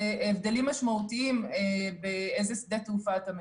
זה הבדלים משמעותיים, באיזה שדה תעופה אתה מתכנן,